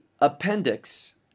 appendix